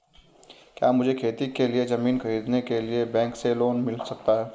क्या मुझे खेती के लिए ज़मीन खरीदने के लिए बैंक से लोन मिल सकता है?